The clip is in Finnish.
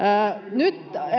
nyt